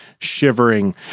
Shivering